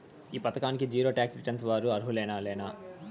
ఈ పథకానికి zero tax returns వారు అర్హులేనా లేనా?